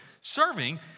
Serving